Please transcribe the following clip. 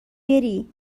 بری